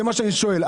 זה מה שאני שואל.